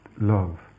love